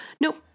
nope